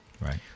Right